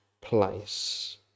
place